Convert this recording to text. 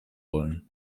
wollen